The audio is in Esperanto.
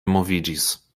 moviĝis